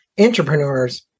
entrepreneurs